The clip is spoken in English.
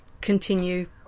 continue